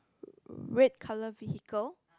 red colour vehicle